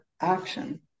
action